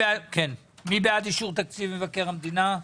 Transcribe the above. מי בעד אישור תקציב מבקר המדינה?